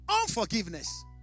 Unforgiveness